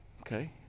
Okay